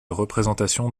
représentations